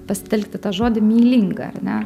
pasitelkti tą žodį mylinga ar ne